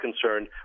concerned